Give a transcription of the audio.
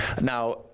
Now